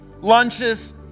lunches